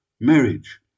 marriage